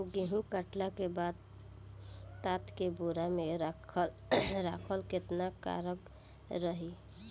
गेंहू कटला के बाद तात के बोरा मे राखल केतना कारगर रही?